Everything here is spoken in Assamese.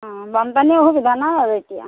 অঁ বানপানীৰ অসুবিধা নাই আৰু এতিয়া